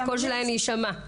הקול שלהן יישמע.